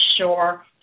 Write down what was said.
sure